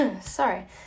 Sorry